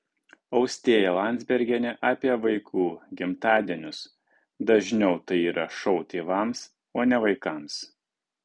austėja landsbergienė apie vaikų gimtadienius dažniau tai yra šou tėvams o ne vaikams